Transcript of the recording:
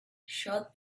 showed